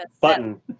button